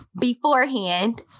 beforehand